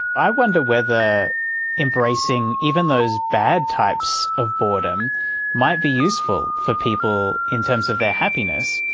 i wonder whether embracing even those bad types of boredom might be useful for people in terms of their happiness,